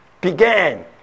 began